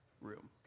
room